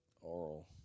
Oral